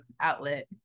outlet